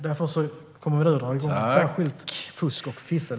Därför kommer vi nu att dra igång ett särskilt projekt mot fusk och fiffel.